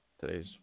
today's